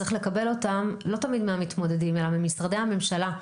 צריך לקבל אותן לא תמיד מהמתמודדים אלא ממשרדי הממשלה.